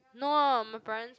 no my parents